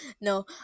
no